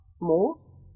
more